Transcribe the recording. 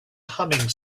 humming